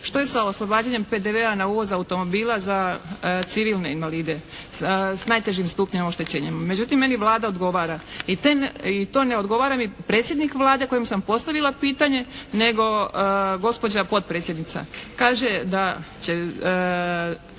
što je sa oslobađanjem PDV-a na uvoz automobila za civilne invalide s najtežim stupnjem oštećenja. Međutim, meni Vlada odgovara i to ne odgovara mi predsjednik Vlade kojem sam postavila pitanje nago gospođa potpredsjednica. Kaže da Vlada